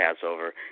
Passover